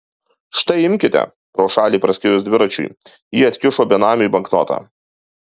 štai imkite pro šalį praskriejus dviračiui ji atkišo benamiui banknotą